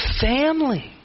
family